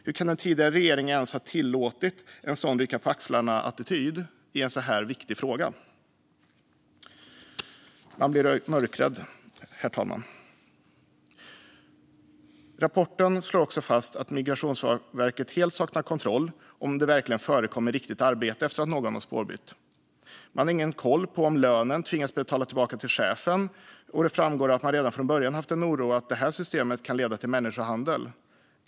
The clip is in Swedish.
Hur kan den tidigare regeringen ens ha tillåtit en sådan rycka-på-axlarna-attityd i en så viktig fråga? Man blir mörkrädd, herr talman. Rapporten slår också fast att Migrationsverket helt saknar kontroll gällande om det verkligen förekommer riktigt arbete efter att någon har bytt spår. Man har ingen koll på om personer tvingas betala tillbaka lönen till chefen. Det framgår också att man redan från början haft en oro för att systemet kan leda till människohandel.